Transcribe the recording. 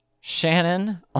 Shannon